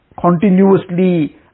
continuously